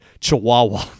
Chihuahua